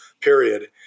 period